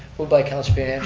move by councilor,